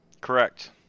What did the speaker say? Correct